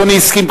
אדוני הסכים,